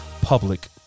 public